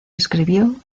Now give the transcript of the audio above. escribió